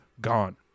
gone